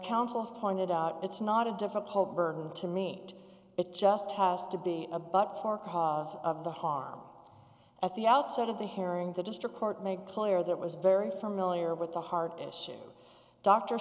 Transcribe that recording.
councils pointed out it's not a difficult burden to meet it just has to be a but for cause of the harm at the outset of the herring the district court made clear that was very familiar with the heart issue dr